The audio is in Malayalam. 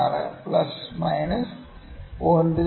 16 പ്ലസ് മൈനസ് 0